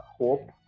hope